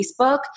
Facebook